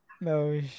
No